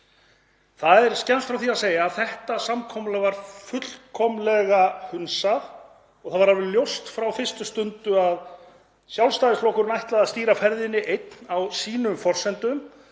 Það er skemmst frá því að segja að þetta samkomulag var fullkomlega hunsað og það var alveg ljóst frá fyrstu stundu að Sjálfstæðisflokkurinn ætlaði að stýra ferðinni einn á sínum forsendum